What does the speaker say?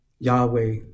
Yahweh